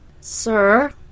Sir